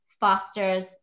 fosters